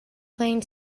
playing